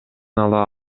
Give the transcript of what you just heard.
ала